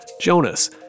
Jonas